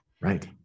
Right